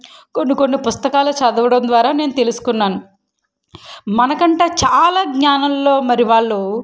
కొన్నికొన్ని పుస్తకాలు చదవడం ద్వారా నేను తెలుసుకున్నాను మనకంటు చాలా ఙ్ఞానంలో మరి వాళ్ళు